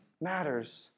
matters